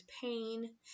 pain